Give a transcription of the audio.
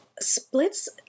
splits